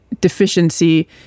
deficiency